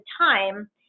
time